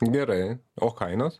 gerai o kainos